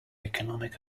economic